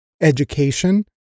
education